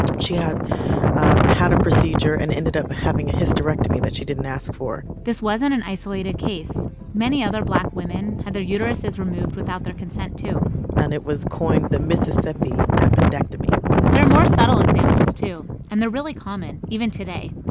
she had um had a procedure and ended up having a hysterectomy that she didn't ask for this wasn't an isolated case. many other black women had their uteruses removed without their consent, too and it was coined the mississippi appendectomy there are more subtle examples, too, and they're really common even today.